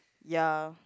ya